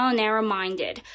narrow-minded